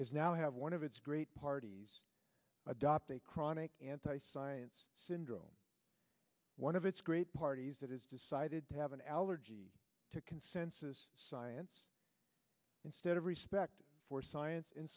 is now have one of its great parties adopt a chronic anti science syndrome one of its great parties that is decided to have an allergy to consensus science instead of respect for science and